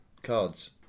Cards